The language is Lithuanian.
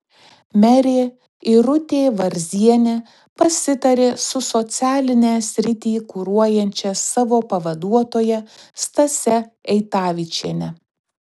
merė irutė varzienė pasitarė su socialinę sritį kuruojančia savo pavaduotoja stase eitavičiene